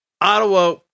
Ottawa